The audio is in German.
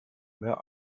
mehr